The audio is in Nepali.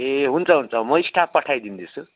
ए हुन्छ हुन्छ म स्टाफ पठाइदिँदैछु